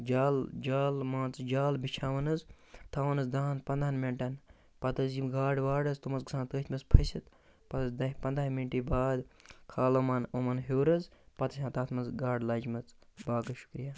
جال جال مان ژٕ جال بِچھاوان حظ تھاوان حظ دَہَن پنٛدہَن مِنٹَن پَتہٕ حظ یِم گاڈٕ واڈٕ حظ تِم حظ گژھان تٔتھۍ منٛز پھٔسِتھ پَتہٕ حظ دَہہِ پنٛدہے مِنٹہِ بعد کھالمان یِمَن ہیوٚر حظ پَتہٕ وٕچھان تَتھ منٛز گاڈٕ لَجِمَژٕ باقٕے شُکریہ